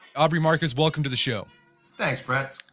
aubrey marcus welcome to the show thanks brett.